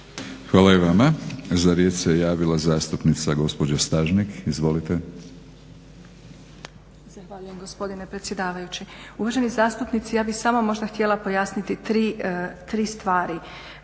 Hvala i vama. Za riječ se javila zastupnica gospođa Stažnik. Izvolite. **Stažnik, Štefica** Zahvaljujem gospodine predsjedavajući. Uvaženi zastupnici ja bih samo možda htjela pojasniti 3 stvari.